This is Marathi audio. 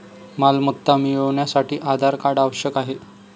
मालमत्ता मिळवण्यासाठी आधार कार्ड आवश्यक आहे